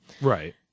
Right